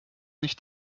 nicht